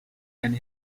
and